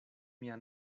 mia